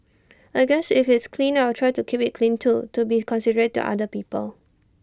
I guess if it's clean I will try to keep IT clean too to be considerate to other people